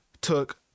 took